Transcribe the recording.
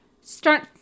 start